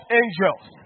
angels